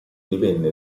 divenne